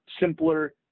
simpler